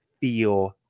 feel